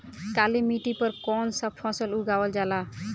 काली मिट्टी पर कौन सा फ़सल उगावल जाला?